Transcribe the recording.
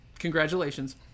congratulations